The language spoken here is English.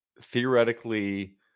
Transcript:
Theoretically